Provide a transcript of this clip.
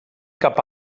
cap